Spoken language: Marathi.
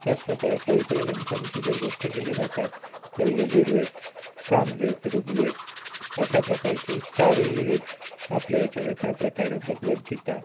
त्याचप्रकारे पवित्र ग्रंथांची जर गोष्ट केली जातात तर यजुर्वेद सामवेद ऋग्वेद अशाप्रकारचे चार ही वेद आपल्या ह्याच्यात आहे त्याप्रकारे भगवद्गीता